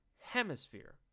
Hemisphere